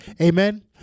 Amen